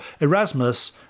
Erasmus